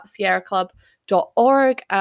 sierraclub.org